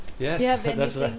Yes